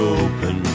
open